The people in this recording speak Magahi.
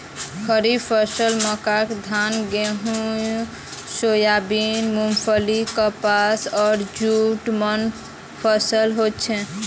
खड़ीफ फसलत मक्का धान गन्ना सोयाबीन मूंगफली कपास आर जूट मेन फसल हछेक